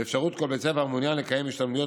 באפשרות כל בית ספר שמעוניין לקיים השתלמויות